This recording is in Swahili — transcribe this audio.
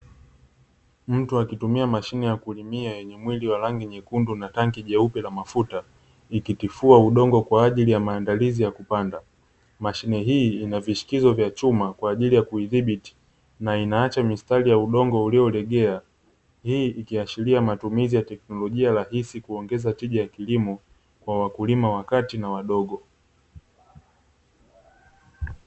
Mtu akitumia mashine ya kulimia yenye mwili wa rangi nyekundu na tanki jeupe la mafuta ikitifua udongo kwa ajili ya maandalizi ya kupanda. Mashine hii inavishikizo vya chuma kwa ajili ya kuidhibiti na inaacha mistari ya udongo uliolegea, hii ikiashiria matumizi ya kipembejeo rahisi kuongeza tija ya kilimo kwa wakulima wa kati na wadogo.